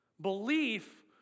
Belief